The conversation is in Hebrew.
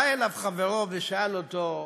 בא אליו חברו ושאל אותו: